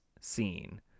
scene